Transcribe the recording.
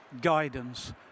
guidance